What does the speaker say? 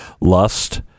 lust